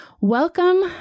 Welcome